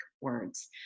words